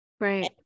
Right